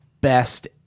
best